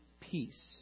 peace